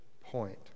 point